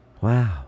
Wow